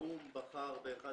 האו"ם בחר באחד